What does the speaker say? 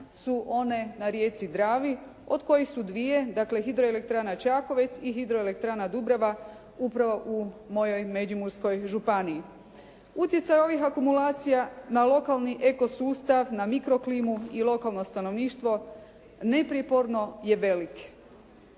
su one na rijeci Dravi od kojih su dvije, dakle hidro elektrana Čakovec i hidro elektrana Dubrava upravo u mojoj Međimurskoj županiji. Utjecaj ovih akumulacija na lokalni eko sustav, na mikro klimu i lokalno stanovništvo neprijeporno je velik,